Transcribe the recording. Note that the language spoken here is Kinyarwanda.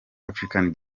african